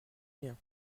vient